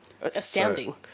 astounding